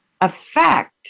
affect